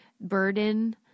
burden